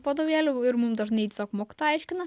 vadovėlių ir mum dažnai tiesiog mokytoja aiškina